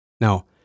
Now